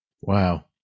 Wow